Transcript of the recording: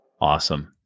Awesome